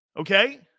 Okay